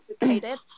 educated